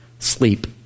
Sleep